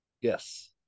yes